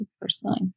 personally